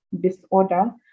disorder